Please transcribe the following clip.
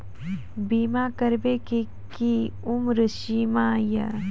बीमा करबे के कि उम्र सीमा या?